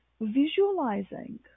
visualizing